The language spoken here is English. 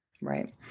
Right